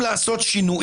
הוא בא לדקה הטיף.